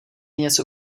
něco